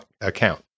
account